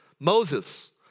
Moses